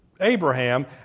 Abraham